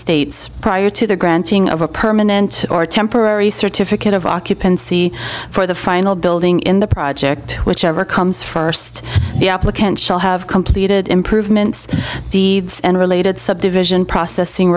states prior to the granting of a permanent or temporary certificate of occupancy for the final building in the project whichever comes first the applicant shall have completed improvements deeds and related subdivision processing